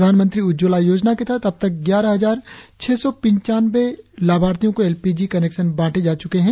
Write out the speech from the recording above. प्रधानमंत्री उज्ज्वला योजना के तहत अबतक ग्यारह हजार छह सौ पिचानवें लाभार्थियों को एल पी जी कनेक्शन बांटे जा चुके है